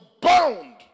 bound